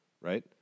right